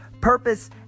purpose